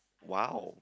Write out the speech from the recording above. !wow!